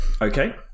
Okay